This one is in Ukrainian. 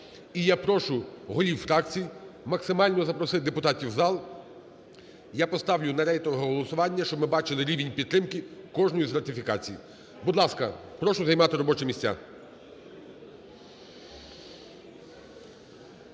і я прошу голів фракцій максимально запросити депутатів в зал. Я поставлю на рейтингове голосування, щоб ми бачили рівень підтримки кожної з ратифікацій. Будь ласка, прошу займати робочі місця.